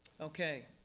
Okay